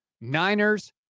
Niners